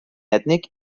ètnic